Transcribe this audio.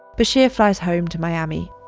bashir flies home to miami.